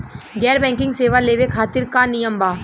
गैर बैंकिंग सेवा लेवे खातिर का नियम बा?